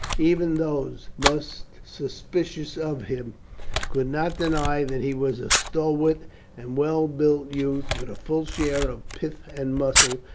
even those most suspicious of him could not deny that he was a stalwart and well built youth, with a full share of pith and muscle,